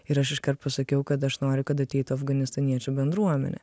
ir aš iškart pasakiau kad aš noriu kad ateitų afganistaniečių bendruomenė